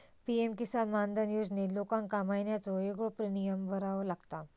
PM Kisan Maandhan योजनेत लोकांका महिन्याचो येगळो प्रीमियम भरावो लागता